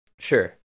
Sure